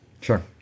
Sure